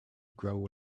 grow